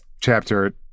chapter